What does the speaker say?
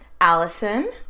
Allison